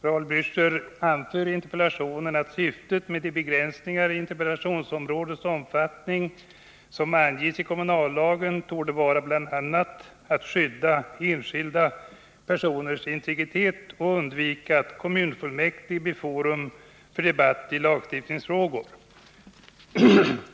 Raul Blächer anför i interpellationen att syftet med de begränsningar i interpellationsområdets omfattning som anges i kommunallagen torde vara bl.a. att skydda enskilda personers integritet och att undvika att kommunfullmäktige blir forum för debatt i lagstiftningsfrågor.